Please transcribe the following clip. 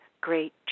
great